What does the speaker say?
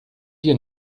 hier